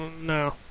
No